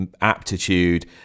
aptitude